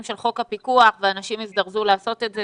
של חוק הפיקוח ואנשים יזדרזו לעשות את זה.